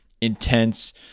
intense